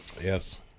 Yes